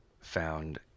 found